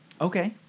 Okay